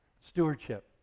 Stewardship